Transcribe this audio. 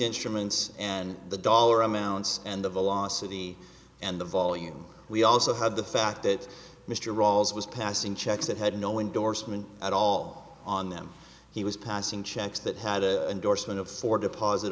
instruments and the dollar amounts and the velocity and the volume we also have the fact that mr rolls was passing checks that had no endorsement at all on them he was passing checks that had a indorsement of fo